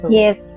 Yes